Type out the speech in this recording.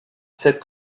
cette